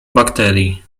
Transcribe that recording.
bakterii